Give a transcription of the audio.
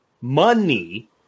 money